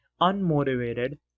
unmotivated